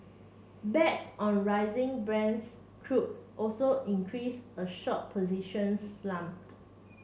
bets on rising Brent's crude also increased a short positions slumped